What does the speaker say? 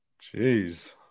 Jeez